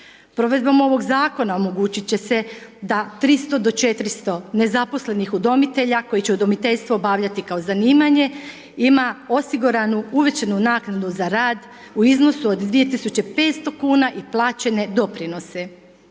Provedbom ovog Zakona omogućit će se da 300 do 400 nezaposlenih udomitelja koji će udomiteljstvo obavljati kao zanimanje, ima osiguranu uvećanu naknadu za rad u iznosu od 2500 kuna i plaćene doprinose.